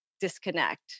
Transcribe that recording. disconnect